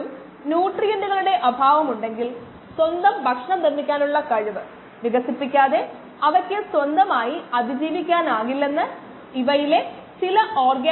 5ln 2x0x0t 10